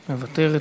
מוותרת.